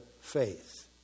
faith